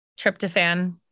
Tryptophan